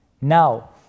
Now